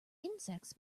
insects